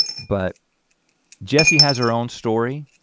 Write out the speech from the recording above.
but jesse has her own story,